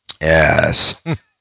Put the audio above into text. Yes